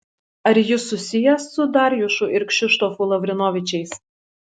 ar jis susijęs su darjušu ir kšištofu lavrinovičiais